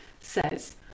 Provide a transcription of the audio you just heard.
says